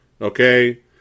Okay